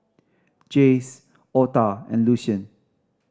Jase Otha and Lucien